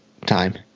time